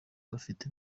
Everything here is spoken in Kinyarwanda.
bafite